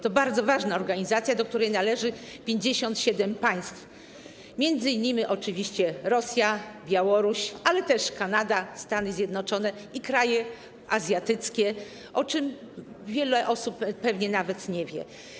To bardzo ważna organizacja, do której należy 57 państw, m.in. Rosja, Białoruś, ale też Kanada, Stany Zjednoczone i kraje azjatyckie, o czym wiele osób pewnie nawet nie wie.